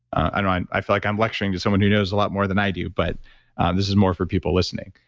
i don't know, i i feel like i'm lecturing to someone who knows a lot more than i do, but this is more for people listening.